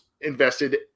invested